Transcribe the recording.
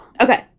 Okay